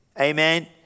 amen